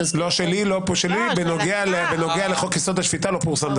שלי, בנוגע לחוק-יסוד: השפיטה, לא פורסם דבר.